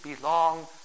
belong